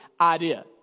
idea